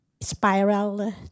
spiral